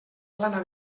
plana